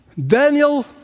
Daniel